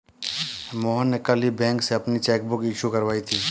मोहन ने कल ही बैंक से अपनी चैक बुक इश्यू करवाई थी